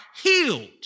healed